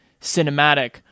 cinematic